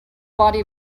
body